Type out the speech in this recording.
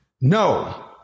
no